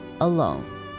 alone